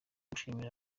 gushimira